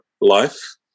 life